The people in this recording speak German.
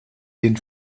den